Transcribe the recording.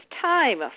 time